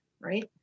right